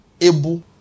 able